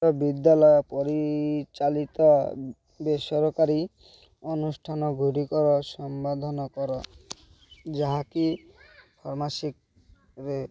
ବିଦ୍ୟାଳୟ ପରିଚାଳିତ ବେସରକାରୀ ଅନୁଷ୍ଠାନଗୁଡ଼ିକର ସନ୍ଧାନ କର ଯାହାକି ଫାର୍ମାସୀରେ